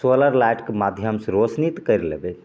solar लाइटके माध्यमसॅं रोशनी तऽ कैरि लेबै